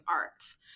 arts